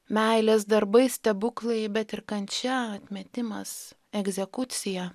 meilės darbai stebuklai bet ir kančia atmetimas egzekucija